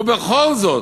ובכל זאת,